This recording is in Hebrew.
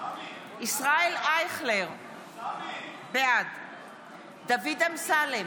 ישראל אייכלר, בעד דוד אמסלם,